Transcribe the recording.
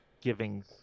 giving